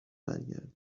برگرده